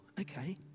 okay